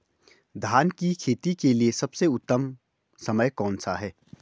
धान की खेती के लिए सबसे उत्तम समय कौनसा है?